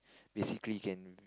basically you can